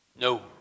No